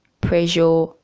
pressure